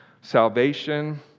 salvation